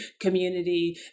community